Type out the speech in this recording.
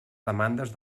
demandes